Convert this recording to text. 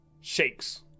shakes